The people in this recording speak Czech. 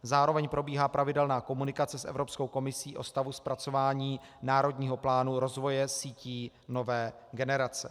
Zároveň probíhá pravidelná komunikace s Evropskou komisí o stavu zpracování Národního plánu rozvoje sítí nové generace.